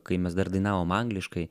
kai mes dar dainavom angliškai